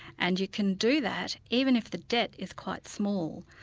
and you can do that, even if the debt is quite small.